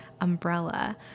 umbrella